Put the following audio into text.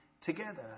together